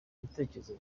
ibitekerezo